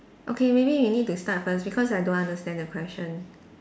okay maybe you need to start first because I don't understand the question